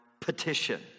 petition